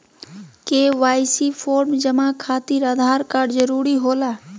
KYC form जमा खातिर Aadhaar card जरूरी होला?